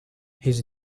his